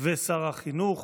ושר החינוך